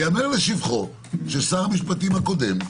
וייאמר לשבחו של שר המשפטים שקודם,